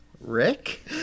Rick